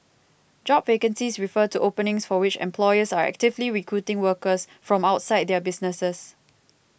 job vacancies refer to openings for which employers are actively recruiting workers from outside their businesses